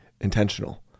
intentional